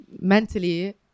mentally